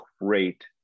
great